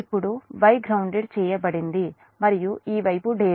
ఇప్పుడు Y grounded చేయబడింది మరియు ఈ వైపు డెల్టా